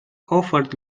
offered